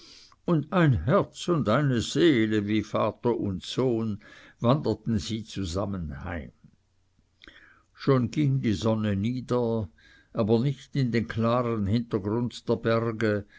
und ein herz und eine seele wie vater und sohn wanderten sie zusammen heim schon ging die sonne nieder aber nicht in den klaren hintergrund der berge